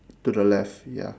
to the left ya